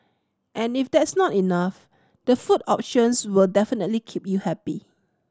and if that's not enough the food options will definitely keep you happy